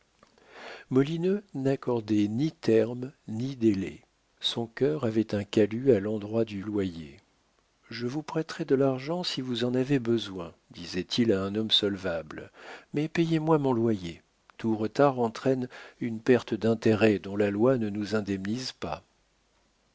molineux n'accordait ni terme ni délai son cœur avait un calus à l'endroit du loyer je vous prêterai de l'argent si vous en avez besoin disait-il à un homme solvable mais payez-moi mon loyer tout retard entraîne une perte d'intérêts dont la loi ne nous indemnise pas